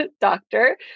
doctor